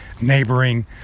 neighboring